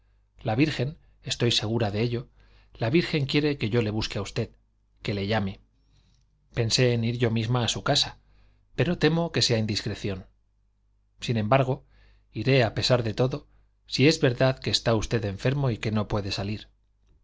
la virgen estoy segura de ello la virgen quiere que yo le busque a usted que le llame pensé en ir yo misma a su casa pero temo que sea indiscreción sin embargo iré a pesar de todo si es verdad que está usted enfermo y que no puede salir